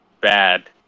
bad